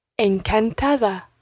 Encantada